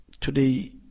today